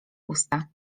usta